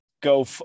go